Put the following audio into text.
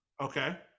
Okay